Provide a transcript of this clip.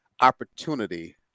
opportunity